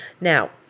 now